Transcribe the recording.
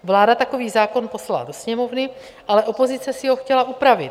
Vláda takový zákon poslala do Sněmovny, ale opozice si ho chtěla upravit.